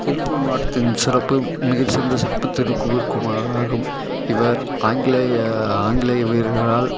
திருப்பூர் மாவட்டத்தின் சிறப்பு மிக சிறந்த சிறப்பு திருப்பூர் குமரன் ஆகும் இவர் ஆங்கிலேய ஆங்கிலேய வீரர்களால்